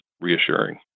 reassuring